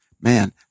man